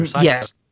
Yes